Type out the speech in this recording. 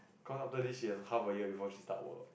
cause after this she got half of year before she start work